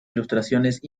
ilustraciones